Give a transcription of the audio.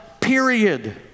period